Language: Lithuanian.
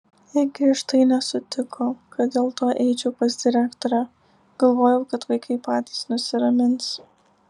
ji griežtai nesutiko kad dėl to eičiau pas direktorę galvojau kad vaikai patys nusiramins